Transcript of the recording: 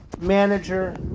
manager